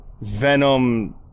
Venom